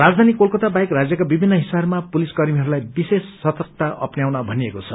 राजधानी कोलकाता बाहेक राज्यका विभिन्न हिस्साहरूमा पुलिसकर्मीहरूलाई विशेष सर्तकता अप्नयाउन भनिएको छ